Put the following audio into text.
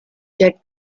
jet